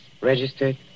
Registered